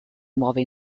muove